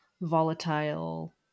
volatile